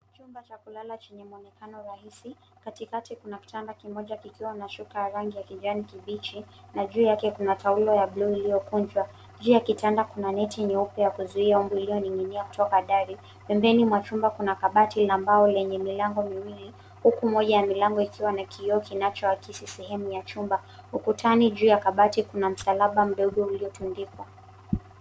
Chumba cha kulala chenye muonekano rahisi. Katikati kuna kitanda kimoja kikiwa na shuka ya rangi ya kijani kibichi, na juu yake kuna taulo ya blue iliyokunjwa. Juu ya kitanda kuna neti nyeupe ya kuzuia mbu inayoning'inia kutoka dari. Pembeni mwa chumba kuna kabati la mbao lenye milango miwili, huku mmoja ya milango ikiwa na kioo kinachoakisi sehemu ya chumba. Ukutani juu ya kabati kuna msalaba mdogo uliotundikwa.